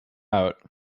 out